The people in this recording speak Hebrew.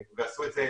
ועשו את זה,